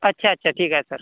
अच्छा अच्छा ठीक आहे सर